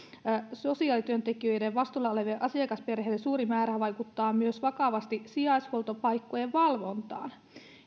sosiaalityöntekijöiden vastuulla olevien asiakasperheiden suuri määrä vaikuttaa vakavasti myös sijaishuoltopaikkojen valvontaan